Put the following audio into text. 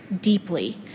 deeply